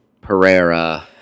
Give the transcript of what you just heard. Pereira